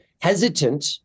hesitant